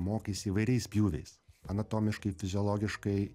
mokaisi įvairiais pjūviais anatomiškai fiziologiškai